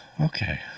okay